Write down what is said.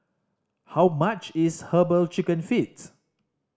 how much is Herbal Chicken Feet